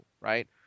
right